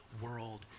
world